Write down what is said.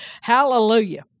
Hallelujah